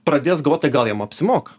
pradės galvot tai gal jam apsimoka